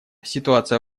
ситуация